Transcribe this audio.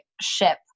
ship